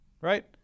right